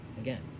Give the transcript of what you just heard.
Again